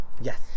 Yes